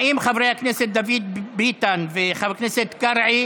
האם חבר הכנסת דוד ביטן וחבר הכנסת קרעי